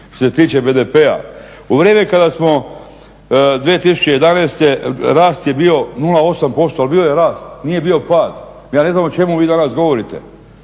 Što se tiče BDP-a, u vrijeme kada smo 2011. rast je bio 0,8% ali bio je rast, nije bio pad. Ja ne znam o čemu vi danas govorite,